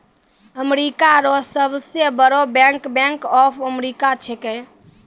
America रो सब से बड़ो बैंक बैंक ऑफ अमेरिका छैकै